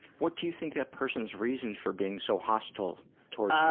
what do you think that person's reason for being so hostile towards um